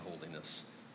holiness